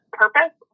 purpose